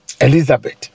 Elizabeth